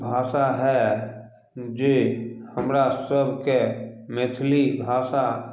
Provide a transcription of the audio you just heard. भाषा हए जे हमरा सभके मैथिली भाषा